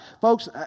Folks